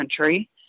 country